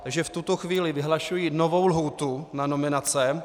Takže v tuto chvíli vyhlašuji novou lhůtu na nominace.